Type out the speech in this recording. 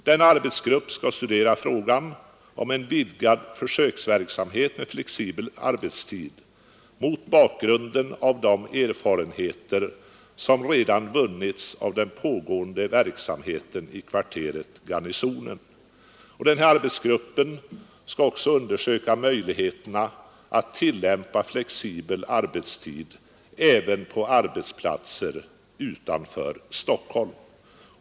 Denna arbetsgrupp skall studera frågan om en vidgad försöksverksamhet med flexibel arbetstid mot bakgrunden av de erfarenheter som redan vunnits av den pågående verksamheten i kvarteret Garnisonen. Arbetsgruppen skall också undersöka möjligheterna att tillämpa flexibel arbetstid även på arbetsplatser utanför Stockholm.